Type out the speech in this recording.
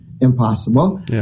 impossible